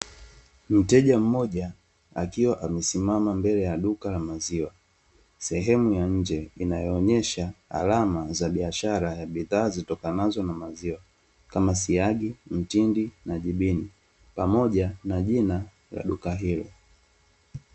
Mteja mmoja akiwa amesimama mbele ya duka la maziwa, sehemu ya nje inayoonyesha alama za biashara ya bidhaa zitokanazo na maziwa kama siagi, mtindi na jibini, pamoja na jina la duka hilo.